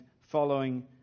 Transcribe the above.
following